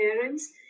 parents